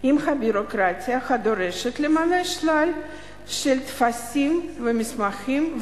עם הביורוקרטיה הדורשת למלא שלל טפסים ומסמכים,